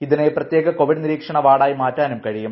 ഇതിനെ പ്രത്യേക കോവിഡ് നിരീക്ഷണ വാർഡായി മാറ്റാനും കഴിയും